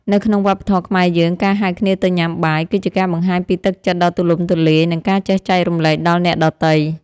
នៅក្នុងវប្បធម៌ខ្មែរយើងការហៅគ្នាទៅញ៉ាំបាយគឺជាការបង្ហាញពីទឹកចិត្តដ៏ទូលំទូលាយនិងការចេះចែករំលែកដល់អ្នកដទៃ។